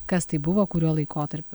kas tai buvo kuriuo laikotarpiu